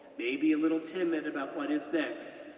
maybe a little timid about what is next,